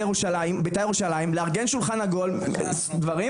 ירושלים בית"ר ירושלים לארגן שולחן עגול דברים,